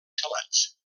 salats